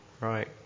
right